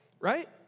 right